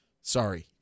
sorry